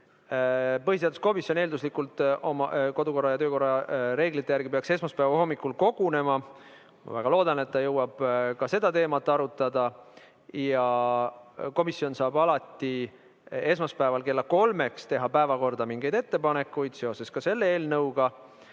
põhiseaduskomisjon eelduslikult oma kodukorra ja töökorra reeglite järgi peaks esmaspäeva hommikul kogunema. Ma väga loodan, et ta jõuab ka seda teemat arutada. Ja komisjon saab alati esmaspäeval kella kolmeks teha päevakorda ettepanekuid ka selle eelnõuga